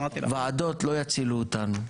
ועדות לא יצילו אותנו.